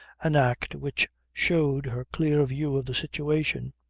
an act which showed her clear view of the situation.